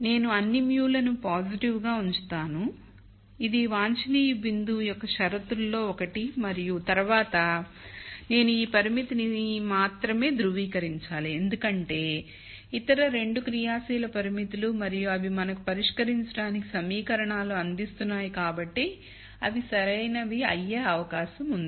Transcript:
నేను అన్ని μ లను పాజిటివ్ గా ఉంచుతాను ఇది వాంఛనీయ బిందువు యొక్క షరతులలో ఒకటి మరియు తరువాత నేను ఈ పరిమితిని మాత్రమే ధృవీకరించాలి ఎందుకంటే ఇతర 2 క్రియాశీల పరిమితులు మరియు అవి మనకు పరిష్కరించడానికి సమీకరణాలను అందిస్తున్నాయి కాబట్టి అవి సరైనవి అయ్యే అవకాశం ఉంది